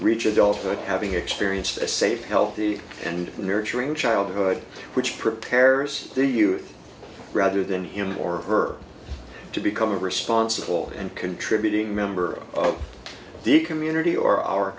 reach adulthood having experienced a safe healthy and marriage or in childhood which prepares the youth rather than him or her to become a responsible and contributing member of the community or our